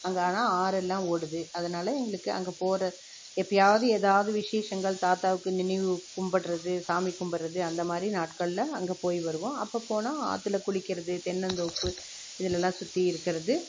அங்கே ஆனால் ஆறெல்லாம் ஓடுது அதனால் எங்களுக்கு அங்கே போகிற எப்பயாவது ஏதாவது விசேஷங்கள் தாத்தாவுக்கு நினைவு கும்புடுறது சாமி கும்புடுறது அந்த மாதிரி நாட்களில் அங்கே போய் வருவோம் அப்போ போனால் ஆற்றில் குளிக்கிறது தென்னந்தோப்பு இதுலலாம் சுற்றி இருக்கிறது